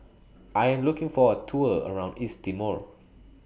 I Am looking For A Tour around East Timor